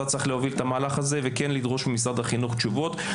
צריך להוביל את המהלך הזה ולדרוש ממשרד החינוך תשובות,